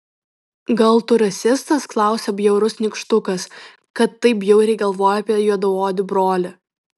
gal tu rasistas klausia bjaurus nykštukas kad taip bjauriai galvoji apie juodaodį brolį